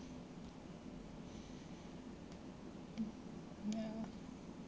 mm ya